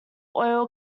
oil